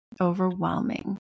Overwhelming